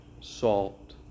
salt